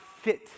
fit